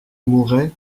mouraient